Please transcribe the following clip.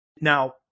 now